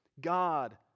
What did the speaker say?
God